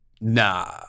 Nah